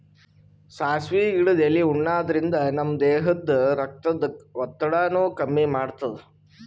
ಸಾಸ್ವಿ ಗಿಡದ್ ಎಲಿ ಉಣಾದ್ರಿನ್ದ ನಮ್ ದೇಹದ್ದ್ ರಕ್ತದ್ ಒತ್ತಡಾನು ಕಮ್ಮಿ ಮಾಡ್ತದ್